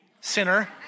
sinner